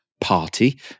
party